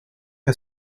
que